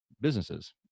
businesses